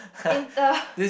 inter